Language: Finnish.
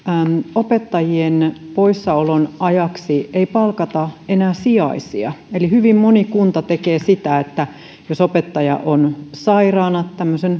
opettajien poissaolon ajaksi ei enää palkata sijaisia eli hyvin moni kunta tekee sitä että jos opettaja on sairaana